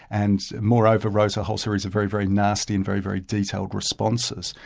and moreover wrote a whole series of very, very nasty, and very, very detailed responses.